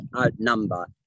outnumber